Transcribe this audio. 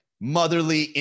Motherly